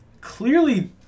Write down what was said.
clearly